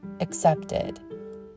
accepted